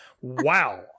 Wow